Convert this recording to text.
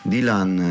Dylan